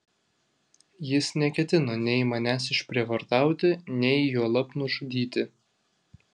jis neketino nei manęs išprievartauti nei juolab nužudyti